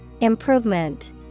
Improvement